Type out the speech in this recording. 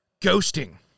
ghosting